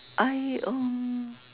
I um